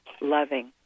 loving